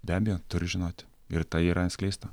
be abejo turi žinoti ir tai yra atskleista